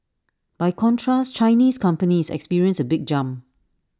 by contrast Chinese companies experienced A big jump